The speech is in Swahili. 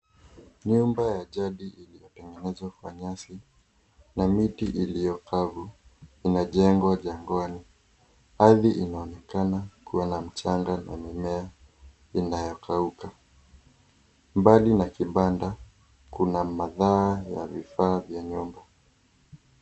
Nyumba ya jadi iliyotengenezwa kwa nyasi na miti iliyo kavu inajengwa jangwani Hadi inaonekana kuwa na mchanga na mimea inayokauka. Mbali na kibanda, kuna mataa ya vifaa vya nyumba.